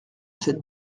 cette